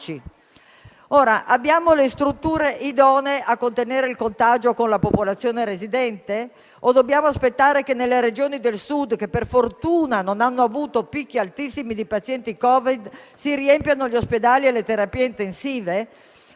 Abbiamo le strutture idonee a contenere il contagio con la popolazione residente o dobbiamo aspettarci che nelle Regioni del Sud, che per fortuna non hanno avuto picchi altissimi di pazienti Covid, si riempiano gli ospedali e le terapie intensive?